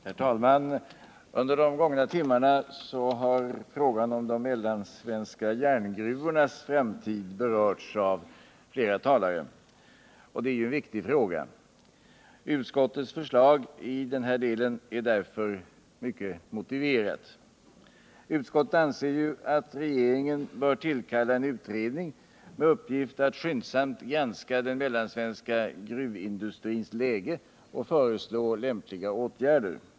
Herr talman! Under de gångna timmarna har frågan om de mellansvenska järngruvornas framtid berörts av flera talare, och det är en viktig fråga. Utskottets förslag i denna del är därför mycket motiverade. Utskottet anser ju att regeringen bör tillkalla en utredning med uppgift att skyndsamt granska den mellansvenska gruvindustrins läge och föreslå lämpliga åtgärder.